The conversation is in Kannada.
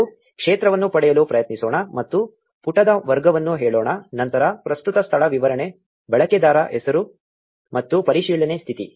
ನಾವು ಕ್ಷೇತ್ರವನ್ನು ಪಡೆಯಲು ಪ್ರಯತ್ನಿಸೋಣ ಮತ್ತು ಪುಟದ ವರ್ಗವನ್ನು ಹೇಳೋಣ ನಂತರ ಪ್ರಸ್ತುತ ಸ್ಥಳ ವಿವರಣೆ ಬಳಕೆದಾರಹೆಸರು ಮತ್ತು ಪರಿಶೀಲನೆ ಸ್ಥಿತಿ